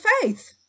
faith